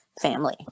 family